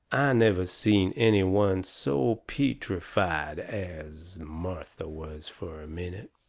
i never seen any one so peetrified as martha was fur a minute.